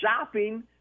shopping